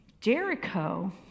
Jericho